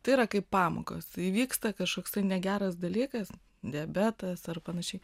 tai yra kaip pamokos įvyksta kažkoksai negeras dalykas diabetas ar panašiai